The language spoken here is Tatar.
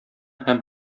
һәм